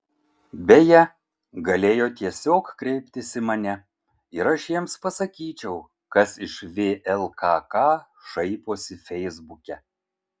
beje galėjo tiesiog kreiptis į mane ir aš jiems pasakyčiau kas iš vlkk šaiposi feisbuke